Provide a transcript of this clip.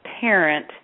parent